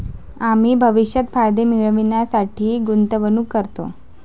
आम्ही भविष्यात फायदे मिळविण्यासाठी गुंतवणूक करतो